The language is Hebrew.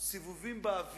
חבר הכנסת דוד רותם,